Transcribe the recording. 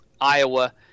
Iowa